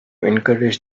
encourage